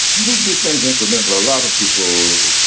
we did things incremental. a lot of people,